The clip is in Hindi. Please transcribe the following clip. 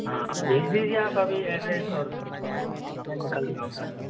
हाँ भेज दीजिए आप अभी एड्रेस और मैं निकल रहा हूँ यहाँ से